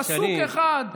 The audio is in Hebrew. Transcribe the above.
פסוק אחד,